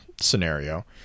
scenario